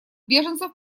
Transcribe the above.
беженцев